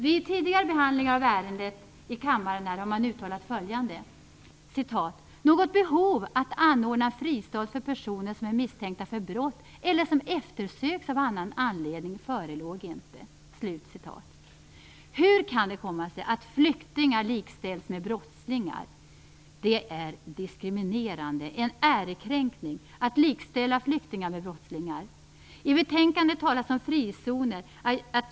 Vid tidigare behandlingar av ärendet i kammaren har man uttalat att något behov av att anordna en fristad för personer som är misstänkta för brott eller som eftersöks av annan anledning inte förelåg. Hur kan det komma sig att flyktingar likställs med brottslingar? Det är diskriminerande - en ärekränkning - att likställa flyktingar med brottslingar. I betänkandet talas om frizoner.